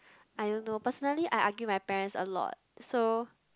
I don't know personally I argue my parents a lot so